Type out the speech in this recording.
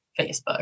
Facebook